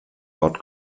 dort